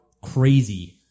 crazy